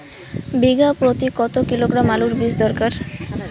বিঘা প্রতি কত কিলোগ্রাম আলুর বীজ দরকার?